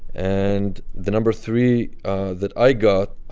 and the number three that i got, ahhh,